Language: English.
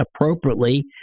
appropriately